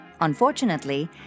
Unfortunately